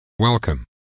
Welcome